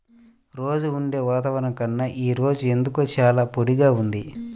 రోజూ ఉండే వాతావరణం కన్నా ఈ రోజు ఎందుకో చాలా పొడిగా ఉంది